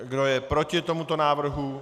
Kdo je proti tomuto návrhu?